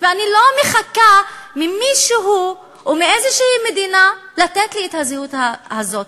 ואני לא מחכה ממישהו או מאיזו מדינה לתת לי את הזהות הזאת.